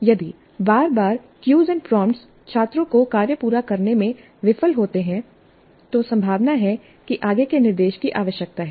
यदि बार बार क्यूज एंड प्रॉमट छात्रों को कार्य पूरा करने में विफल होते हैं तो संभावना है कि आगे के निर्देश की आवश्यकता है